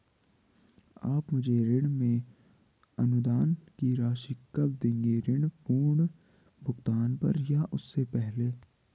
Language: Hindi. आप मुझे ऋण में अनुदान की राशि कब दोगे ऋण पूर्ण भुगतान पर या उससे पहले?